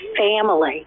family